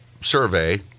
survey